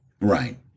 Right